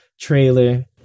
trailer